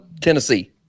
Tennessee